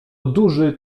duży